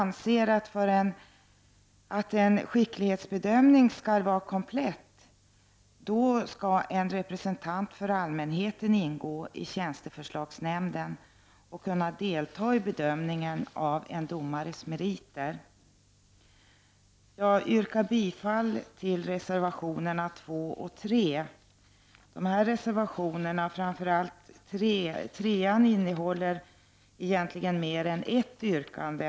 För att en skicklighetsbedömning skall vara komplett skall, menar vi, en representant för allmänheten ingå i tjänsteförslagsnämnden och kunna delta vid bedömningen av en domares meriter. Jag yrkar bifall till reservationerna 2 och 3. Framför allt reservation 3 inne håller egentligen mer än ett yrkande.